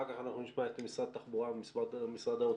אחר כך אנחנו נשמע את משרד התחבורה ומשרד האוצר.